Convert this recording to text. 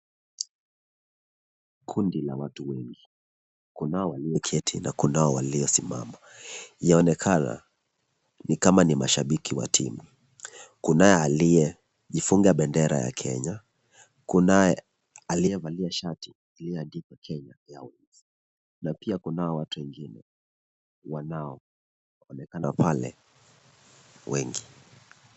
Kundi la watu wengi. Kunao walioketi na kunao waliosimama. Yaonekana kuwa ni mashabiki wa timu. Kunaye aliyejifunga bendera ya Kenya. Kunaye aliyevalia shati iliyoandikwa Kenya na pia kuna wengine, wanaoonekana pale wengi.